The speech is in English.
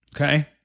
Okay